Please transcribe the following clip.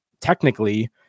technically